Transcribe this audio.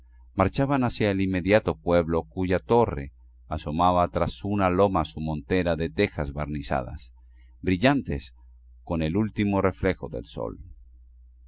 marchaban hacia el inmediato pueblo cuya torre asomaba tras una loma su montera de tejas barnizadas brillantes con el último reflejo de sol